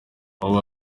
ubu